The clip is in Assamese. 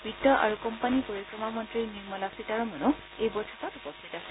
বিত্ত আৰু কোম্পানী পৰিক্ৰমা মন্ত্ৰী নিৰ্মলা সীতাৰমণো এই বৈঠকত উপস্থিত আছিল